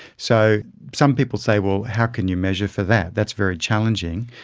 so some people say, well, how can you measure for that? that's very challenging.